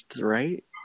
right